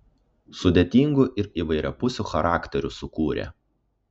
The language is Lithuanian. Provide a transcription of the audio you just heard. sudėtingų ir įvairiapusių charakterių sukūrė